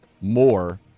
more